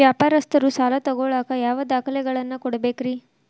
ವ್ಯಾಪಾರಸ್ಥರು ಸಾಲ ತಗೋಳಾಕ್ ಯಾವ ದಾಖಲೆಗಳನ್ನ ಕೊಡಬೇಕ್ರಿ?